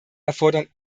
erfordern